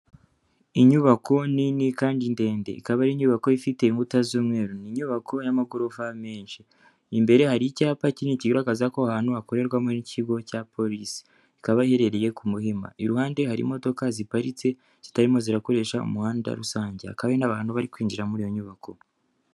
Inyubako nini kandi ndende, ikaba ari inyubako ifite inkuto z'umweru, n'inyubako y'amagorofa menshi imbere hari icyapa kinini kigaragaza ko ahantu hakorerwamo n'ikigo cya polisi, ikaba iherereye ku Muhima, iruhande hari imodoka ziparitse zitarimo zirakoresha umuhanda rusange akaba hari n'abantu bari kwinjira muri iyo nyubako.